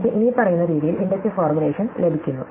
എനിക്ക് ഇനിപ്പറയുന്ന രീതിയിൽ ഇൻഡക്റ്റീവ് ഫോർമുലേഷൻ ലഭിക്കുന്നു